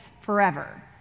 forever